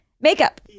Makeup